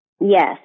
Yes